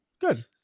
Good